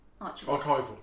Archival